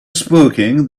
smoking